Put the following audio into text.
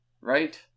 Right